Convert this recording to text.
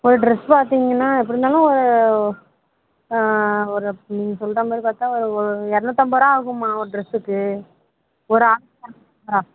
ஒரு ட்ரெஸ் பார்த்தீங்கன்னா எப்படி இருந்தாலும் ஒரு ஒரு நீங்கள் சொல்லற மாதிரி பார்த்தா ஒரு ஒரு இரநூத்தம்பது ரூபா ஆகும்மா ஒரு ட்ரெஸ்ஸுக்கு ஒரு